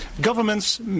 Governments